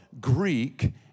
Greek